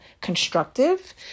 constructive